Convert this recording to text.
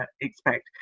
expect